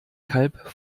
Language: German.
kalb